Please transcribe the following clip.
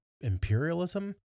imperialism